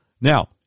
Now